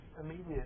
immediate